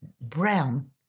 brown